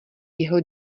jeho